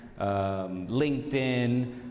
LinkedIn